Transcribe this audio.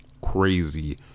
crazy